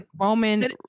Roman